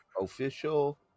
official